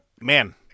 man